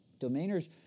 Domainers